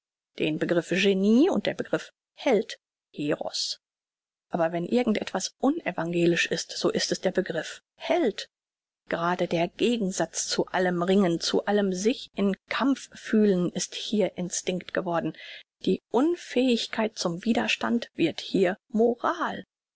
den begriff genie und den begriff held hros aber wenn irgend etwas unevangelisch ist so ist es der begriff held gerade der gegensatz zu allem ringen zu allem sich in kampf fühlen ist hier instinkt geworden die unfähigkeit zum widerstand wird hier moral